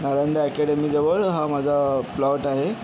नालंदा अकॅडमीजवळ हा माझा प्लॉट आहे